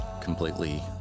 completely